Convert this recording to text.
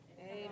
Amen